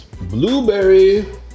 Blueberry